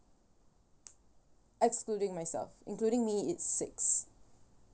excluding myself including me it's six